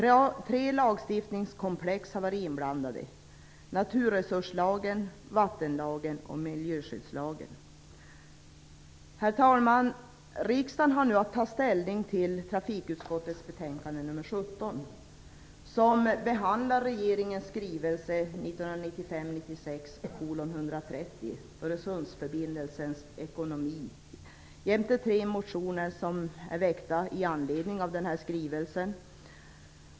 Tre lagstiftningskomplex har varit inblandade: naturresurslagen, vattenlagen och miljöskyddslagen. Herr talman! Riksdagen har nu att ta ställning till trafikutskottets betänkande nr 17, som behandlar regeringens skrivelse 1995/96:130 om Öresundsförbindelsens ekonomi, jämte tre motioner som är väckta i anledning av denna skrivelse.